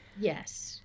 yes